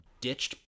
ditched